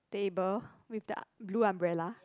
table with the blue umbrella